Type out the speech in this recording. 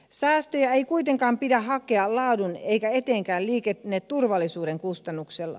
säästöjä ei kuitenkaan pidä hakea laadun eikä etenkään liikenneturvallisuuden kustannuksella